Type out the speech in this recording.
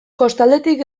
kostaldetik